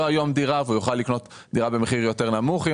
היום דירה ויוכל לקנות דירה במחיר יותר נמוך.